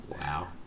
Wow